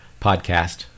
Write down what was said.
podcast